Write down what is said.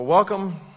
Welcome